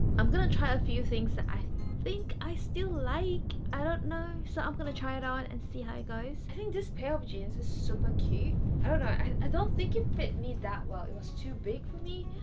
i'm gonna try a few things that i think i still like i don't know. so i'm gonna try it on and see how you guys i think this pair of jeans is super cute i don't know. i don't think it fit me that well it was too big for me,